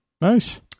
Nice